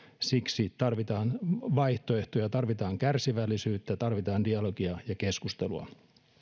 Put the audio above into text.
siksi tarvitaan vaihtoehtoja tarvitaan kärsivällisyyttä tarvitaan dialogia ja keskustelua